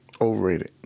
Overrated